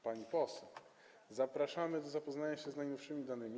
Pani poseł, zapraszamy do zapoznania się z najnowszymi danymi.